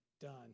done